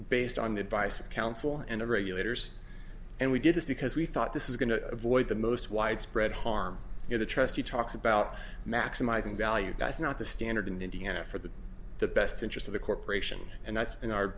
based on the advice of counsel and the regulators and we did this because we thought this is going to avoid the most widespread harm in the trustee talks about maximizing value guys not the standard in indiana for the the best interest of the corporation and that's been our